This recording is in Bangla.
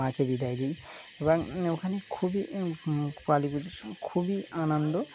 মাকে বিদায় দিন এবং ওখানে খুবই কালী পুজোর সময় খুবই আনন্দ